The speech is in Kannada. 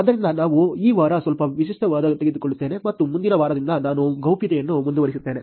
ಆದ್ದರಿಂದ ನಾವು ಈ ವಾರ ಸ್ವಲ್ಪ ವಿಷಯವನ್ನು ತೆಗೆದುಕೊಳ್ಳುತ್ತೇವೆ ಮತ್ತು ಮುಂದಿನ ವಾರದಿಂದ ನಾನು ಗೌಪ್ಯತೆಯನ್ನು ಮುಂದುವರಿಸುತ್ತೇನೆ